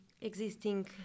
existing